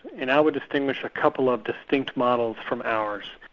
and i would distinguish a couple of distinct models from ours.